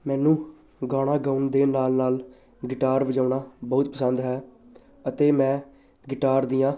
ਮੈਨੂੰ ਗਾਣਾ ਗਾਉਣ ਦੇ ਨਾਲ ਨਾਲ ਗਿਟਾਰ ਵਜਾਉਣਾ ਬਹੁਤ ਪਸੰਦ ਹੈ ਅਤੇ ਮੈਂ ਗਿਟਾਰ ਦੀਆਂ